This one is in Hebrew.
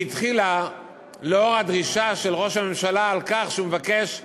והיא התחילה לאור הדרישה של ראש הממשלה שהוא מבקש שהערבים,